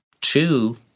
two